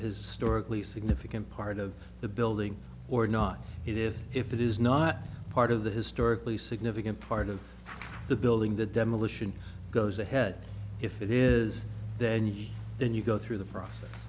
historically significant part of the building or not if if it is not part of the historically significant part of the building the demolition goes ahead if it is then you then you go through the process